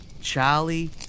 Charlie